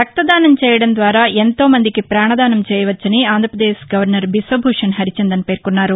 రక్తదానం చేయడం ద్వారా ఎంతో మందికి ప్రాణదానం చేయవచ్చని ఆంధ్రపదేశ్ గవర్నర్ బిశ్వభూషణ్ హరిగందన్ పేర్కొన్నారు